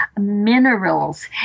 minerals